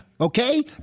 Okay